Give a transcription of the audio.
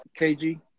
KG